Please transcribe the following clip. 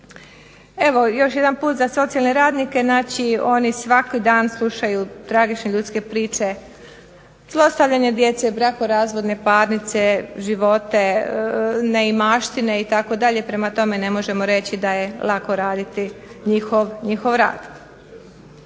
Evo još jedanput za socijalne radnike, znači oni svaki dan slušaju tragične ljudske priče, zlostavljanje djece, brakorazvodne parnice, živote, neimaštine itd., prema tome ne možemo reći da je lako raditi njihov rad.